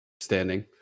standing